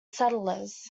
settlers